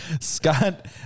Scott